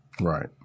right